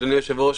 אדוני היושב-ראש,